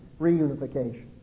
reunification